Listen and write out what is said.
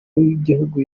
w’igihugu